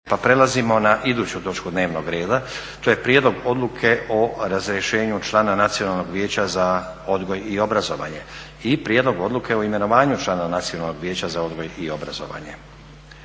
se steknu uvjeti. **Leko, Josip (SDP)** Prijedlog Odluke o razrješenju člana Nacionalnog vijeća za odgoj i obrazovanje. I Prijedlog Odluke o imenovanju člana Nacionalnog vijeća za odgoj i obrazovanje.